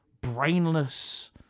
brainless